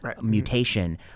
mutation